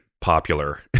popular